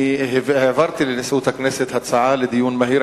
העברתי לנשיאות הכנסת הצעה לדיון מהיר,